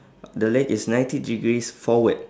the leg is ninety degrees forward